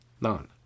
None